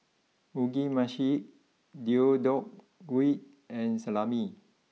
Mugi Meshi Deodeok Gui and Salami